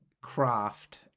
craft